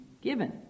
given